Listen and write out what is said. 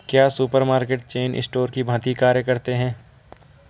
क्या supermarket chain store की भांति कार्य करते हैं?